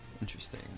Interesting